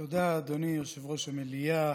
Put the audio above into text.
תודה, אדוני יושב-ראש המליאה.